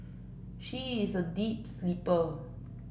she is a deep sleeper